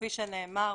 כפי שנאמר,